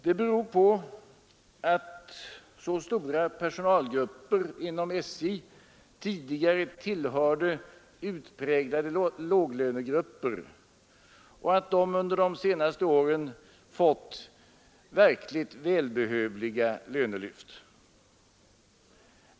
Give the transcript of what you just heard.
Det beror på att så stora personalgrupper inom statens järnvägar tidigare tillhörde utpräglade låglönegrupper och att de under de senaste åren fått verkligt välbehövliga lönelyft.